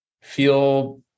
feel